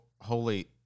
holy